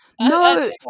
No